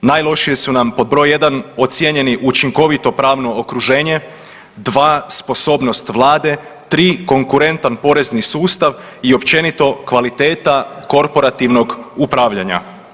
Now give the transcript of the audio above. Najlošije su nam pod broj jedan ocijenjeni učinkovito pravno okruženje, dva sposobnost vlade, tri konkurentan porezni sustav i općenito kvaliteta korporativnog upravljanja.